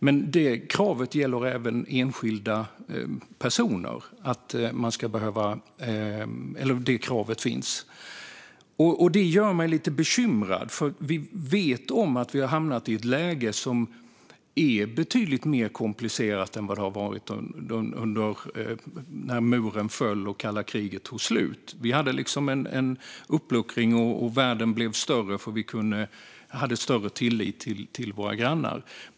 Men det kravet gäller även enskilda personer. Detta gör mig lite bekymrad, för vi vet att vi har hamnat i ett läge som är betydligt mer komplicerat än det varit under tiden efter att muren föll och kalla kriget tog slut. Vi hade liksom en uppluckring, och världen blev större för att vi hade större tillit till våra grannar.